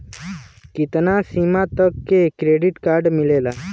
कितना सीमा तक के क्रेडिट कार्ड मिलेला?